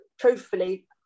truthfully